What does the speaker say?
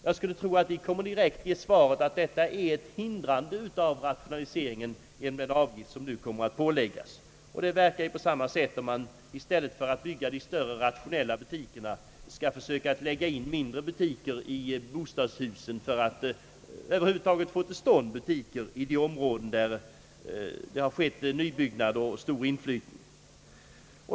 Jag skulle tro att förbundet direkt kunde ge svaret, att den avgift som nu kommer att påläggas utgör ett hinder för rationaliseringen. Den verkar på det sättet att man i stället för att bygga stora och rationella butiker måste försöka att få till stånd mindre butiker i bostadshusen även i områden med stor nybyggnad och stor inflyttning.